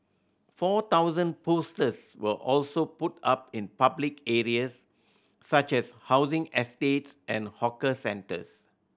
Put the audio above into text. four thousand posters were also put up in public areas such as housing estates and hawker centres